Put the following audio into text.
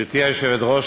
הראשונה